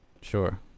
Sure